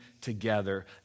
together